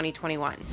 2021